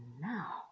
now